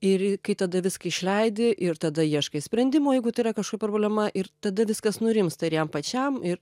ir kai tada viską išleidi ir tada ieškai sprendimo jeigu tai yra kašo problema ir tada viskas nurimsta ir jam pačiam ir